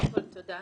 תודה.